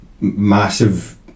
massive